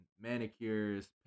manicures